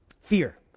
Fear